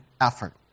effort